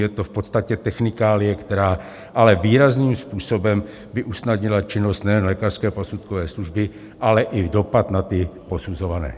Je to v podstatě technikálie, která by ale výrazným způsobem usnadnila činnost nejen lékařské posudkové služby, ale i dopad na posuzované.